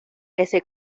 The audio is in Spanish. ese